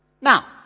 Now